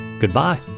Goodbye